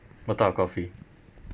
what type of coffee